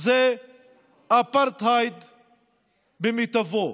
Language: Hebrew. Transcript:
זה אפרטהייד במיטבו.